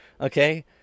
Okay